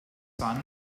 son